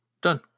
Done